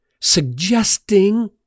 suggesting